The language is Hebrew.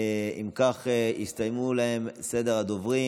אם כך, הסתיים לו סדר הדוברים.